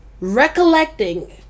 recollecting